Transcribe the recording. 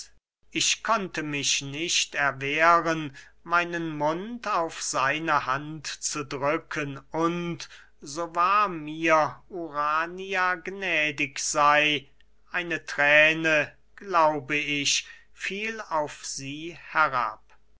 ich konnte mich nicht erwehren meinen mund auf seine hand zu bücken und so wahr mir urania gnädig sey eine thräne glaube ich fiel auf sie herab